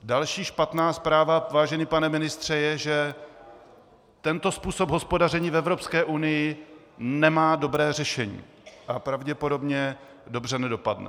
Další špatná zpráva, vážený pane ministře, je, že tento způsob hospodaření v Evropské unii nemá dobré řešení a pravděpodobně dobře nedopadne.